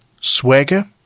swagger